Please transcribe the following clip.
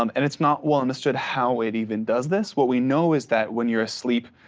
um and it's not well understood how it even does this, what we know is that when you're asleep,